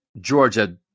georgia